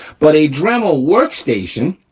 but a dremel workstation,